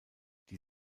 die